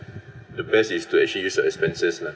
the best is to actually use your expenses lah